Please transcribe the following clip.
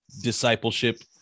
discipleship